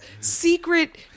secret